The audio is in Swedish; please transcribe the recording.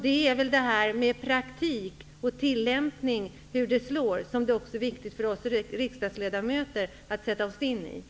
Vi riksdagsledamöter måste också sätta oss in i hur det i praktiken är och hur tillämpningen slår.